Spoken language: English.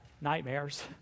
nightmares